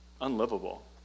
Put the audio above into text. unlivable